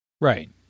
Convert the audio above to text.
Right